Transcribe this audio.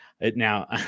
now